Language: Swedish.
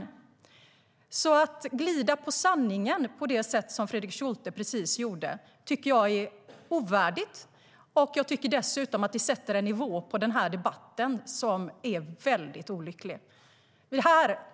Att glida på sanningen på det sätt som Fredrik Schulte precis gjorde tycker jag är ovärdigt. Jag tycker dessutom att det sätter en nivå på debatten som är väldigt olycklig.